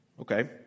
Okay